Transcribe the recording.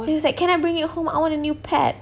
he was like can I bring it home I want a new pet